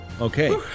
Okay